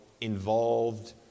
involved